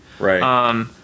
Right